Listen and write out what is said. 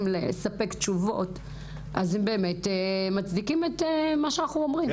לספק תשובות אז הם באמת מצדיקים את מה שאנחנו אומרים.